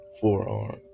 forearm